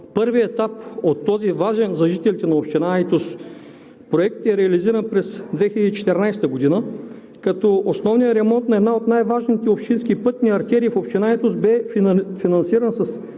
Първият етап от този важен за жителите на община Айтос проект е реализиран през 2014 г., като основният ремонт на една от най-важните общински пътни артерии в община Айтос бе финансиран с